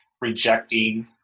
rejecting